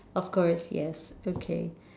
of course yes okay